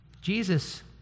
Jesus